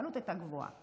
העלות הייתה גבוהה.